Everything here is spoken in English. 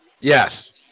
Yes